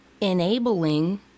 enabling